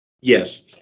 Yes